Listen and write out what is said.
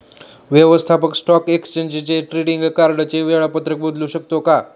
व्यवस्थापक stock exchange ट्रेडिंगचे वेळापत्रक बदलू शकतो का?